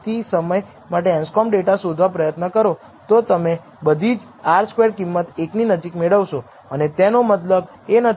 05 કરતા વધારેની આ કોઈપણ વસ્તુ માટે ખૂબ ઊંચું મૂલ્ય મળે છે તો તેનો અર્થ એ કે તમારે નકારી કાઢવી જોઈએ નહીં નલ પૂર્વધારણાને નકારી કાઢવી ન જોઈએ